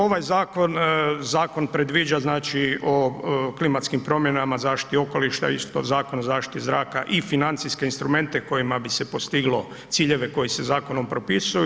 Ovaj zakon, zakon predviđa znači o klimatskim promjenama, zaštiti okoliša isto Zakon o zaštiti zraka i financijske instrumente kojima bi se postiglo ciljeve koji se zakonom propisuju.